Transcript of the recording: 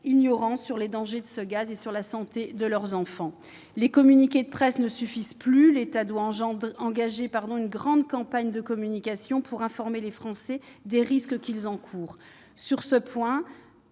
ignorant des dangers de ce gaz sur la santé de leurs enfants. Les communiqués de presse ne suffisent plus, l'État doit engager une grande campagne de communication pour informer les Français des risques qu'ils encourent. Sur ce point,